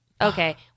Okay